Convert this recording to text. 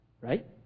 right